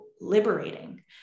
liberating